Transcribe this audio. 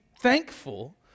thankful